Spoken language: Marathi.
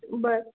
बरं